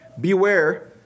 Beware